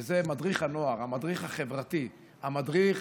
וזה: מדריך הנוער, המדריך החברתי, המדריך